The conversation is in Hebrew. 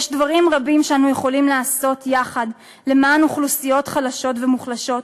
יש דברים רבים שאנו יכולים לעשות יחד למען אוכלוסיות חלשות ומוחלשות,